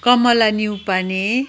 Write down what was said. Kamala Neupane